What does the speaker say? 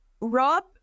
Rob